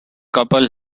couple